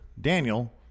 Daniel